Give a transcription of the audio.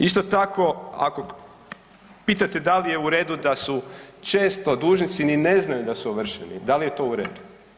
Isto tako ako pitate da li je u redu da su često dužnici ni ne znaju da su ovršeni, da li je to u redu?